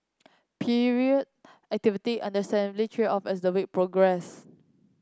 period activity understandably tailed off as the week progressed